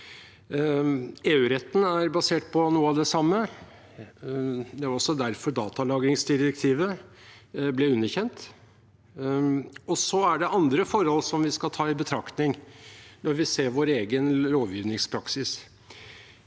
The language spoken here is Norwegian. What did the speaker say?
EU-retten er basert på noe av det samme. Det er også derfor datalagringsdirektivet ble underkjent. Så er det andre forhold som vi skal ta i betraktning når vi ser vår egen lovgivningspraksis.